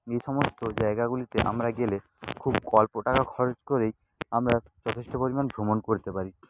যে সমস্ত জায়গাগুলিতে আমরা গেলে খুব অল্প টাকা খরচ করেই আমরা যথেষ্ট পরিমাণ ভ্রমণ করতে পারি